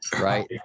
Right